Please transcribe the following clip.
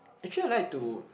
actually I like to